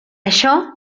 això